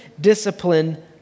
discipline